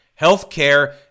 Healthcare